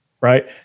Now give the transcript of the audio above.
Right